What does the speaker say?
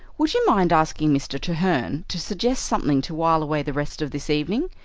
would you mind asking mr. treherne to suggest something to wile away the rest of this evening?